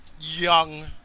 young